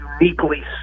uniquely